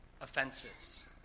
offenses